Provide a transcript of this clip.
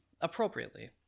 Appropriately